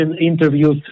interviews